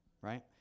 right